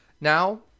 now